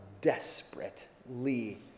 desperately